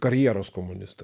karjeros komunistu